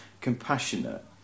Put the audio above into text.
compassionate